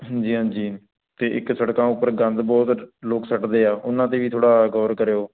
ਹਾਂਜੀ ਹਾਂਜੀ ਅਤੇ ਇੱਕ ਸੜਕਾਂ ਉੱਪਰ ਗੰਦ ਬਹੁਤ ਲੋਕ ਸੱਟਦੇ ਆ ਉਹਨਾਂ 'ਤੇ ਵੀ ਥੋੜ੍ਹਾ ਗੌਰ ਕਰਿਓ